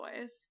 boys